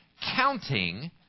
counting